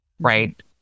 right